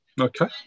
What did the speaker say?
Okay